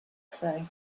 usa